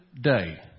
day